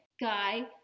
guy